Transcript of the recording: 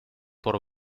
por